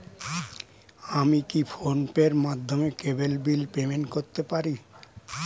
আমি কি ফোন পের মাধ্যমে কেবল বিল পেমেন্ট করতে পারি?